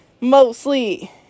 Mostly